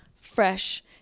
fresh